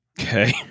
Okay